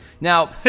Now